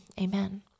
amen